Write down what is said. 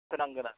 होनांगोन आरो